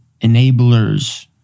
enablers